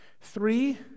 Three